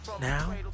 Now